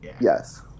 yes